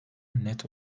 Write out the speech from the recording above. net